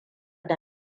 da